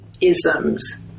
isms